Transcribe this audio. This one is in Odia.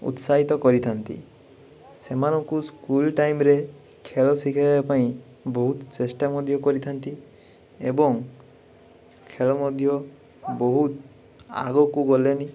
ଉତ୍ସାହିତ କରିଥାନ୍ତି ସେମାନଙ୍କୁ ସ୍କୁଲ ଟାଇମରେ ଖେଳ ଶିଖେଇବା ପାଇଁ ବହୁତ ଚେଷ୍ଟା ମଧ୍ୟ କରିଥାନ୍ତି ଏବଂ ଖେଳ ମଧ୍ୟ ବହୁତ ଆଗକୁ ଗଲେନି